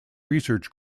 research